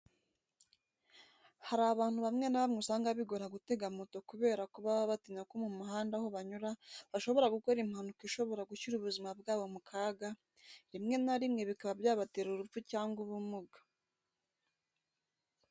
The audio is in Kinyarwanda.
Hari abantu bamwe na bamwe usanga bigora gutega moto kubera ko baba batinya ko mu muhanda aho banyura bashobora gukora impanuka ishobora gushyira ubuzima bwabo mu kaga, rimwe na rimwe bikaba byabatera urupfu cyangwa ubumuga.